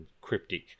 Cryptic